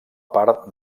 part